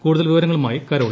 കൂടുതൽ വിവരങ്ങളുമായി കരോൾ